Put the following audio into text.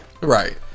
Right